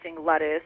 lettuce